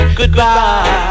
goodbye